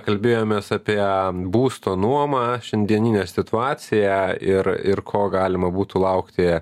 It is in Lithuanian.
kalbėjomės apie būsto nuomą šiandieninę situaciją ir ir ko galima būtų laukti